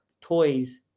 Toys